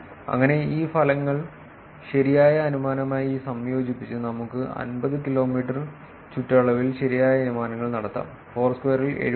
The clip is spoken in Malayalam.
അങ്ങനെ ഈ ഫലങ്ങൾ ശരിയായ അനുമാനവുമായി സംയോജിപ്പിച്ച് നമുക്ക് 50 കിലോമീറ്റർ ചുറ്റളവിൽ ശരിയായ അനുമാനങ്ങൾ നടത്താം ഫോഴ്സ്ക്വയറിൽ 78